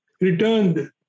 returned